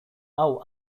hau